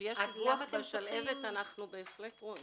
כשיש דיווח בשלהבת אנחנו בהחלט רואים.